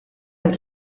del